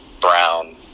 Brown